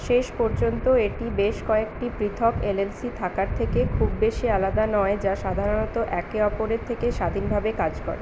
শেষ পর্যন্ত এটি বেশ কয়েকটি পৃথক এলএলসি থাকার থেকে খুব বেশি আলাদা নয় যা সাধারণত একে অপরের থেকে স্বাধীনভাবে কাজ করে